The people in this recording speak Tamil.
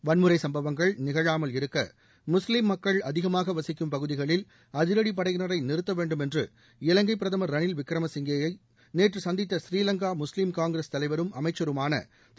வன்முறை சம்பவங்கள் நிகழாமல் இருக்க முஸ்லீம் மக்கள் அதிகமாக வசிக்கும் பகுதிகளில் அதிரடிப்படையினரை நிறுத்தவேண்டுமென்று இலங்கை பிரதமர் ரணில் விக்ரமசிங்கேயை நேற்று சந்தித்த ஸ்ரீலங்கா முஸ்லீம் காங்கிரஸ் தலைவரும் அமைச்சருமான திரு